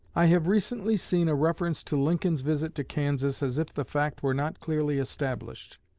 i have recently seen a reference to lincoln's visit to kansas as if the fact were not clearly established.